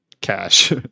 cash